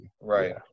right